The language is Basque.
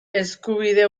eskubide